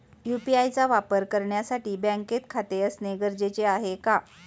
UPI चा वापर करण्यासाठी बँकेत खाते असणे गरजेचे आहे का?